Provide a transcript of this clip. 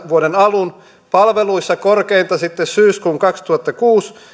vuoden kaksituhattakahdeksan alun palveluissa korkeinta sitten syyskuun kaksituhattakuusi